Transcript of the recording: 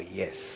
yes